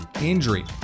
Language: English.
injury